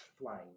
flying